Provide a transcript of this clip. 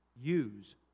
Use